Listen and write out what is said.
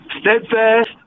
steadfast